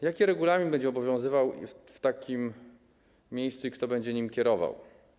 Jaki regulamin będzie obowiązywał w takim miejscu i kto będzie nim kierował?